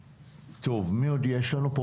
טוב מי עוד יש פה.